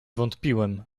wątpiłem